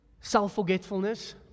self-forgetfulness